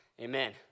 Amen